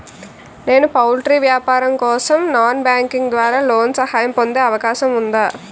నేను పౌల్ట్రీ వ్యాపారం కోసం నాన్ బ్యాంకింగ్ ద్వారా లోన్ సహాయం పొందే అవకాశం ఉందా?